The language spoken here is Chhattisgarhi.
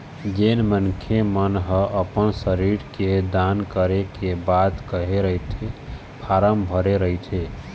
जेन मनखे मन ह अपन शरीर के दान करे के बात कहे रहिथे फारम भरे रहिथे